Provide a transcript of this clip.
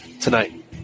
tonight